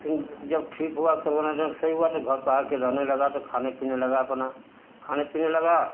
फिर जब ठीक हुआ करोना जब सही हुआ तो घर पर आ कर रहने लगा तो खाने पीने लगा अपना खाने पीने लगा